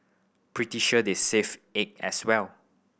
pretty sure they serve egg as well